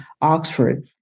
Oxford